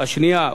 השנייה,